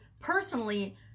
personally